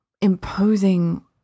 imposing